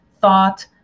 thought